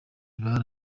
bari